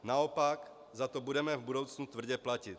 Naopak za to budeme v budoucnu tvrdě platit.